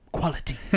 quality